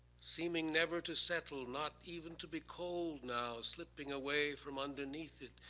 seeming never to settle, not even to be cold now, slipping away from underneath it.